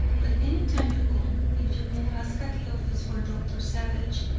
but any time you call, if you will ask at the office for doctor savage,